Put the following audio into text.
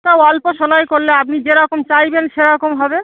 তা অল্প সোনায় করলে আপনি যেরকম চাইবেন সেরকম হবে